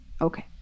Okay